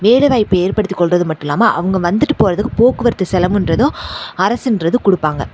வேலைவாய்ப்பு ஏற்படுத்தி கொள்கிறது மட்டும் இல்லாமல் அவங்க வந்துட்டு போகிறதுக்கு போக்குவரத்து செலவுன்றதும் அரசுன்றது கொடுப்பாங்க